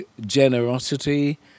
generosity